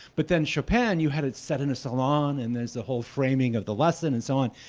but then, chopin you had it set in a salon. and there's the whole framing of the lesson and so on.